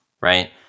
right